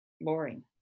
boring